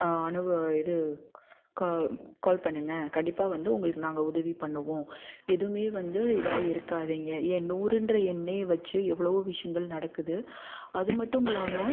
அணுவ இது கா கால் பண்ணுங்கள் கண்டிப்பாக வந்து உங்களுக்கு நாங்கள் உதவி பண்ணுவோம் எதுவுமே வந்து இதாக இருக்காதீங்க ஏன் நூறுன்ற எண்ணை வச்சு எவ்வளவோ விஷயங்கள் நடக்குது அது மட்டுமில்லாமல்